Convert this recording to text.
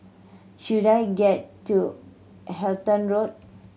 should I get to Halton Road